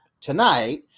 tonight